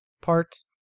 parts